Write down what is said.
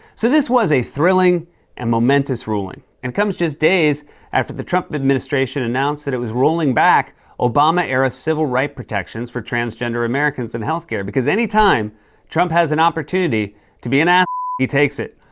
so, this was a thrilling and momentous ruling and comes just days after the trump administration announced that it was rolling back obama-era civil right protections for transgender americans in healthcare. because any time trump has an opportunity to be an ah he takes it.